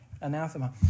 anathema